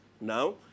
Now